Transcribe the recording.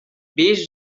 based